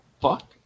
fuck